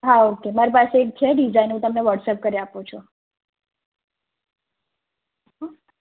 હા ઓકે મારી પાસે એક છે ડિઝાઈન હું તમને વોટ્સઅપ કરી આપું છું હ